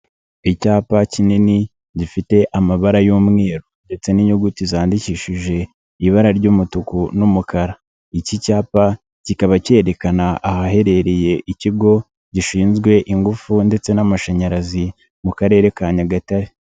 Icyapa kinini gifite amabara y'umweru ndetse n'inyuguti zandikishije ibara ry'umutuku n'umukara. Iki cyapa kikaba cyerekana ahaherereye ikigo gishinzwe ingufu ndetse n'amashanyarazi mu Karere ka Nyagatare.